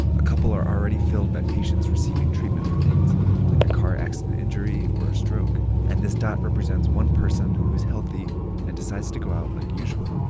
a couple are already filled by patients receiving treatment for things like a car accident injury or a stroke. and this dot represents one person who's healthy and decides to go out like usual.